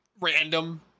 random